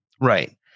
Right